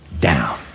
down